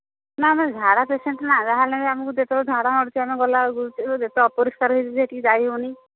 ନା ନା ଝାଡ଼ା ପେସେଣ୍ଟ୍ ନା ଯାହାହେଲେ ବି ଆମକୁ କେତେବେଳେ ଝାଡ଼ା ମାଡ଼ୁଛି ଆମେ ଗଲା ବେଳକୁ ଯେତେ ଅପରିଷ୍କାର ହୋଇଛି ଯେ ସେଠିକି ଯାଇହେଉନି